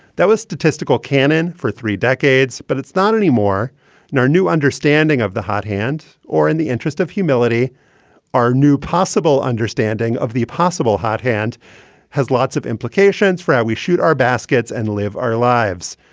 that was statistical canon for three decades. but it's not anymore. now our new understanding of the hot hand or in the interest of humility are new. possible understanding of the possible hot hand has lots of implications for how we shoot our baskets and live our lives.